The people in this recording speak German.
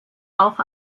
auch